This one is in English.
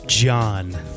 John